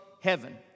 heaven